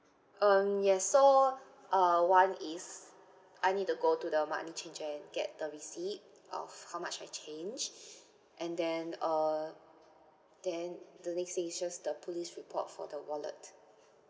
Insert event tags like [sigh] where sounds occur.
um yes so uh one is I need to go to the money changer and get the receipt of how much I changed [breath] and then uh then the next is the police report for the wallet